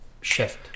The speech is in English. shift